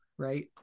Right